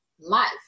life